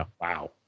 Wow